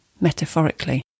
metaphorically